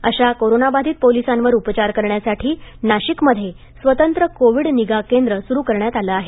अशा कोरोना बाधित पोलिसांवर उपचार करण्यासाठी नाशिकमध्ये स्वतंत्र कोविड निगा केंद्र सुरू करण्यात आलं आहे